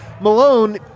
Malone